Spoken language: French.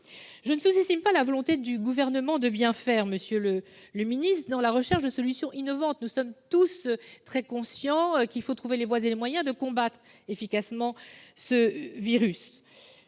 le ministre, la volonté du Gouvernement de bien faire dans la recherche de solutions innovantes. Nous sommes tous très conscients qu'il faut trouver les voies et les moyens de combattre efficacement ce virus.